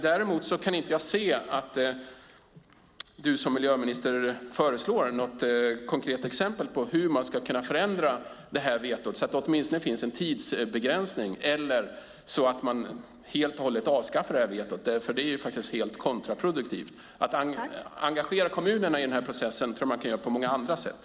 Däremot kan jag inte se att miljöministern föreslår något konkret exempel på hur man ska kunna förändra det här vetot så att det åtminstone finns en tidsbegränsning eller så att man helt och hållet avskaffar vetot, som faktiskt är helt kontraproduktivt. Att engagera kommunerna i den här processen kan man göra på många andra sätt.